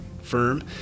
firm